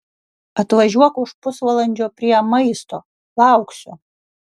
atvažiuok už pusvalandžio prie maisto lauksiu